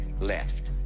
left